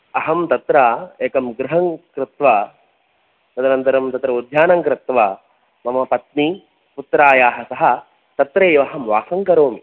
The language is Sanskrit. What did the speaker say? अहं तत्र एकं गृहं कृत्वा तदनन्तरं तत्र उद्यानं कृत्वा मम पत्नी पुत्रायाः सह तत्रेवहं वासं करोमि